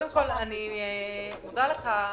אחריה חבר הכנסת פינדרוס.